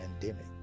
pandemic